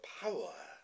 power